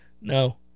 no